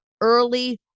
early